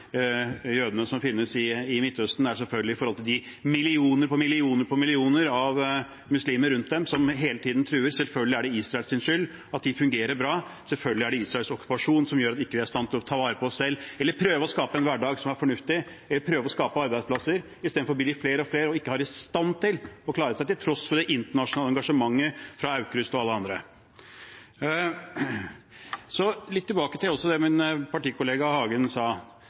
som finnes i Midtøsten, i forhold til de millioner på millioner av muslimer rundt dem som hele tiden truer – går på at det selvfølgelig er Israels skyld at de fungerer bra, og at det selvfølgelig er Israels okkupasjon som gjør at de ikke er i stand til å ta vare på seg selv eller prøve å skape en hverdag som er fornuftig, eller prøve å skape arbeidsplasser. I stedet blir de flere og flere og er ikke i stand til å klare seg, til tross for det internasjonale engasjementet fra Aukrust og alle andre. Litt tilbake til det min partikollega Hagen sa: